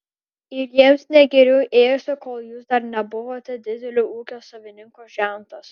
ir jiems ne geriau ėjosi kol jūs dar nebuvote didelio ūkio savininko žentas